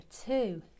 two